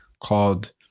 called